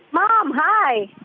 mom, hi!